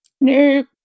Nope